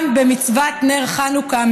גם במצוות נר חנוכה,